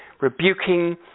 rebuking